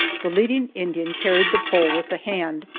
the leading indian carried the pole with the hand,